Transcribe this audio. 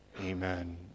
Amen